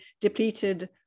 depleted